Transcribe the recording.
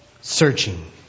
Searching